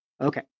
Okay